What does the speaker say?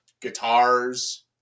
guitars